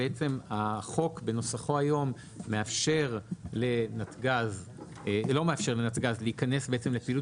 החוק בנוסחו היום לא מאפשר לנתג"ז להיכנס לפעילות